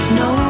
no